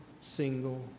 single